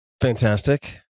Fantastic